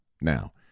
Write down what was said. Now